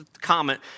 comment